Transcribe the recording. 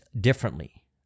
differently